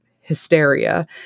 hysteria